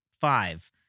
five